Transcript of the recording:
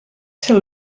ser